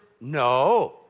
No